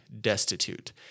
destitute